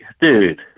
dude